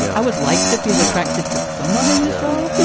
yeah i would like to feel attracted to someone in.